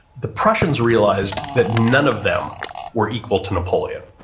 the prussians realized that none of them were equal to napoleon,